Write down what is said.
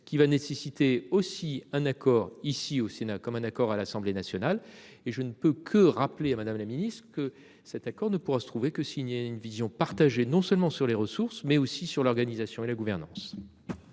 qui va nécessiter aussi un accord ici au Sénat, comme un accord à l'Assemblée nationale et je ne peut que rappeler à Madame la Ministre que cet accord ne pourra se trouvait que signer une vision partagée non seulement sur les ressources mais aussi sur l'organisation et la gouvernance.